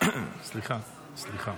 סליחה, סליחה.